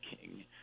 king